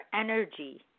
energy